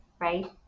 right